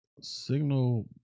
Signal